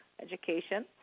Education